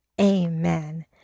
amen